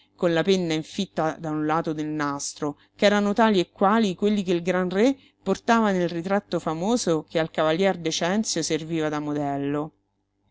con la penna infitta da un lato nel nastro ch'erano tali e quali quelli che il gran re portava nel ritratto famoso che al cavalier decenzio serviva da modello